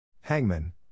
Hangman